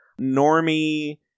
normie